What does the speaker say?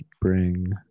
bring